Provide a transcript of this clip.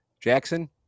Jackson